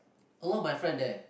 a lot of my friend there